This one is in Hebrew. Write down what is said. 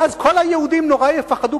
ואז כל היהודים נורא יפחדו,